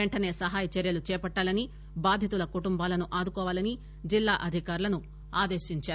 పెంటనే సహాయ చర్యలు చేపట్టాలని బాధితుల కుటుంబాలను ఆదుకోవాలని జిల్లా అధికారులను ఆదేశించారు